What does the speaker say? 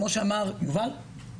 כפי שאמר יובל,